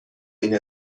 این